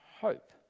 hope